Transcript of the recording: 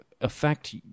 affect